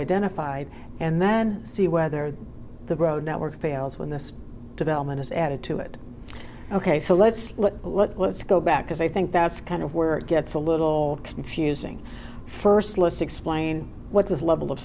identified and then see whether the road network fails when this development is added to it ok so let's let's go back because i think that's kind of where it gets a little confusing first lists explain what this level of